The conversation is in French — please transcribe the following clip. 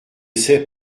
sais